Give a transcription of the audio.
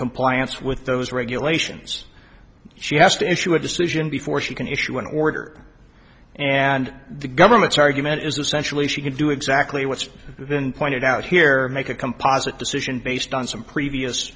compliance with those regulations she has to issue a decision before she can issue an order and the government's argument is essentially she can do exactly what's been pointed out here make a composite decision based on some previous